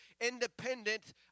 independent